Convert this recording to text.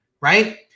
right